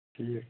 ٹھیٖک